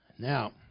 Now